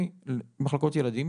מחלקות ילדים.